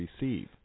receive